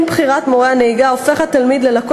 עם בחירת מורה הנהיגה הופך התלמיד ללקוח